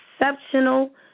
Exceptional